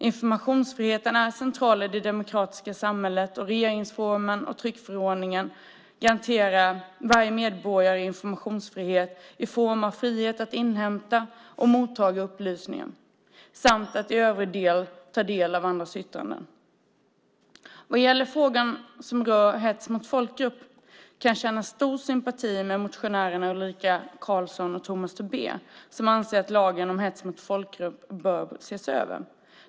Informationsfriheten är central i det demokratiska samhället, och regeringsformen och tryckfrihetsförordningen garanterar varje medborgare informationsfrihet i form av frihet att inhämta och motta upplysningar samt att i övrigt ta del av andras yttranden. Vad gäller frågan som rör hets mot folkgrupp kan jag känna stor sympati med motionärerna Ulrika Karlsson i Uppsala och Tomas Tobé, som anser att lagen om hets mot folkgrupp bör ses över.